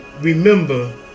remember